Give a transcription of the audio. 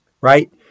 right